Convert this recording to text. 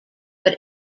but